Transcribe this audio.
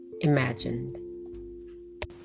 imagined